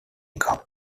cup